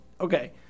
okay